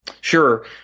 Sure